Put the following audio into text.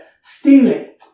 stealing